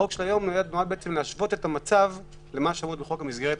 החוק של היום נועד להשוות את המצב למה שאומר חוק המסגרת.